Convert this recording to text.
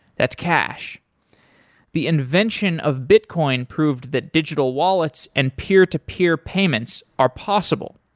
that's cash the invention of bitcoin proved that digital wallets and peer-to-peer payments are possible.